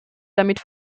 damit